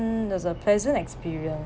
it was a pleasant experience